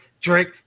Drake